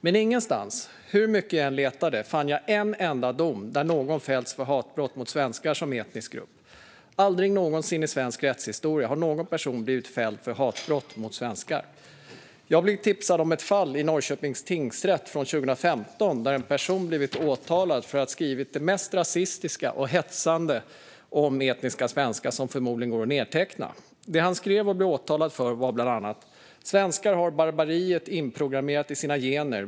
Men ingenstans, hur mycket jag än letade, fann jag en enda dom där någon fällts för hatbrott mot svenskar som etnisk grupp. Aldrig någonsin i svensk rättshistoria har någon person blivit fälld för hatbrott mot svenskar. Jag blev tipsad om ett fall i Norrköpings tingsrätt från 2015 där en person blivit åtalad för att ha skrivit det mest rasistiska och hetsande om etniska svenskar som förmodligen går att nedteckna. Det han skrev och blev åtalad för var bland annat: "Svenskar har barbariet inprogrammerat i sina gener.